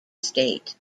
state